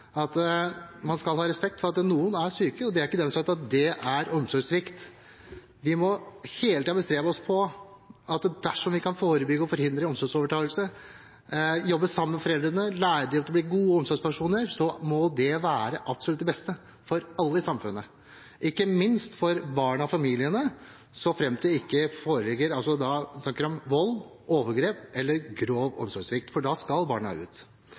videre: Man skal ha respekt for at noen er syke, og det er ikke dermed sagt at det er omsorgssvikt. Vi må hele tiden bestrebe oss på at dersom vi kan forebygge og forhindre omsorgsovertagelse ved å jobbe sammen med foreldrene og lære dem til å bli gode omsorgspersoner, så må det være det absolutt beste for alle i samfunnet, ikke minst for barna og familiene, så fremt det ikke er snakk om vold, overgrep eller grov omsorgssvikt, for da skal barna ut.